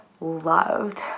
loved